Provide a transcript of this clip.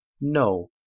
No